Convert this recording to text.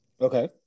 Okay